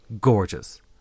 gorgeous